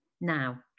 Now